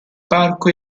parco